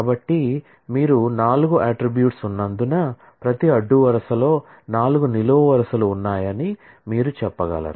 కాబట్టి మీరు 4 అట్ట్రిబ్యూట్స్ ఉన్నందున ప్రతి అడ్డు వరుసలో 4 నిలువు వరుసలు ఉన్నాయని మీరు చెప్పగలరు